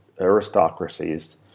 aristocracies